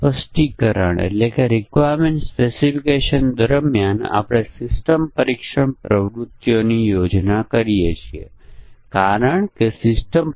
ચાલો આપણે કહી શકીએ કે આપણી પાસે પ્રિંટર નિદાન સોફ્ટવેર છે જ્યાં આપણે સ્થિતિ દાખલ કરીએ છીએ અને તે ક્રિયાઓ કે જે કરવાની છે તેને આઉટપુટ કરે છે